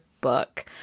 book